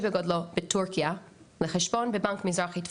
בגודלו בטורקיה לחשבון בבנק מזרחי טפחות,